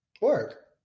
work